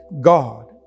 God